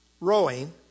rowing